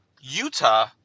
Utah